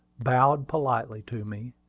bowed politely to me,